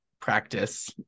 practice